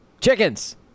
chickens